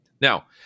Now